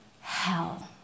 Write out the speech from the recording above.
Hell